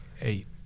eight